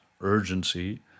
urgency